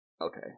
Okay